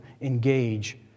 engage